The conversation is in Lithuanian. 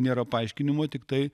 nėra paaiškinimo tiktai